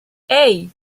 hey